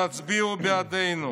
תצביעו בעדנו,